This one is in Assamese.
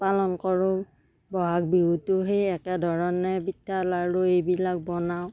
পালন কৰোঁ ব'হাগ বিহুতো সেই একে ধৰণে পিঠা লাৰু এইবিলাক বনাওঁ